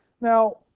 now